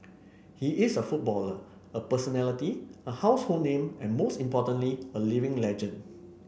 he is a footballer a personality a household name and most importantly a living legend